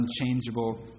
unchangeable